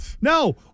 No